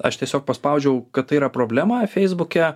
aš tiesiog paspaudžiau kad tai yra problema feisbuke